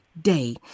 day